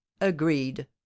agreed